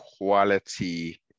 quality